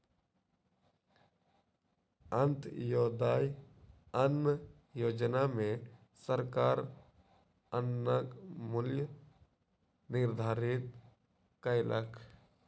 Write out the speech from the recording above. अन्त्योदय अन्न योजना में सरकार अन्नक मूल्य निर्धारित कयलक